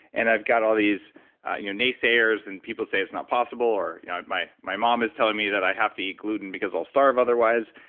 and i've got all these naysayers and people say it's not possible or you know my my mom is telling me that i have to eat gluten because i'll starve otherwise.